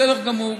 בסדר גמור.